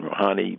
Rouhani